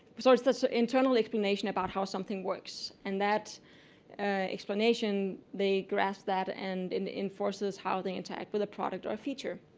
sort of so so internal explanation about how something works. and that explanation, they grasp that and it and enforces how they interact with the product or feature.